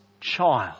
child